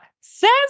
says